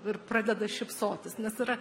ir pradeda šypsotis nes yra